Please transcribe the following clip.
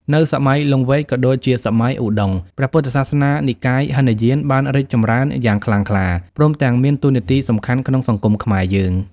នៅសម័យលង្វែកក៏ដូចជាសម័យឧត្តុង្គ ព្រះពុទ្ធសាសនានិកាយហីនយានបានរីកចម្រើនយ៉ាងខ្លាំងក្លា ព្រមទាំងមានតួនាទីសំខាន់ក្នុងសង្គមខ្មែរយើង ។